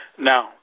Now